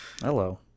hello